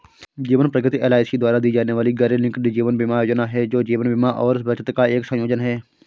जीवन प्रगति एल.आई.सी द्वारा दी जाने वाली गैरलिंक्ड जीवन बीमा योजना है, जो जीवन बीमा और बचत का एक संयोजन है